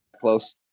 close